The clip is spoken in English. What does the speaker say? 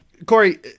Corey